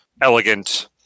elegant